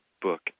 book